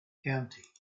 county